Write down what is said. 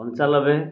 ପଞ୍ଚାନବେ